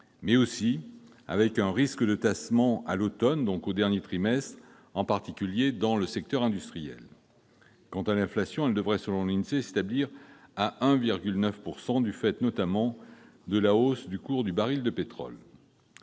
2018 et un risque de tassement à l'automne, donc au dernier trimestre, particulièrement dans le secteur industriel. Quant à l'inflation, elle devrait, selon l'INSEE, s'établir à 1,9 % du fait, notamment, de la hausse du cours du baril de pétrole.